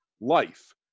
life